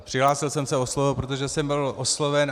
Přihlásil jsem se o slovo, protože jsem byl osloven.